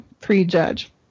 prejudge